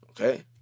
okay